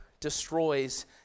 destroys